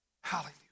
Hallelujah